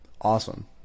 awesome